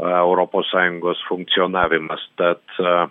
europos sąjungos funkcionavimas tad